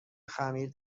خمیر